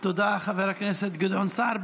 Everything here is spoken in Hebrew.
תודה, חבר הכנסת גדעון סער.